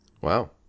Wow